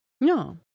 no